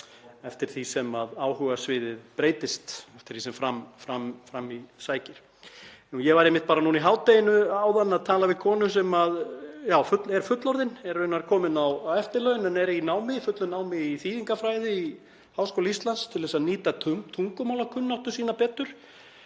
eftir því sem áhugasviðið breytist eftir því sem fram í sækir. Ég var einmitt núna í hádeginu að tala við konu sem er fullorðin, er raunar komin á eftirlaun, en er í fullu námi í þýðingafræði í Háskóla Íslands til að nýta tungumálakunnáttu sína betur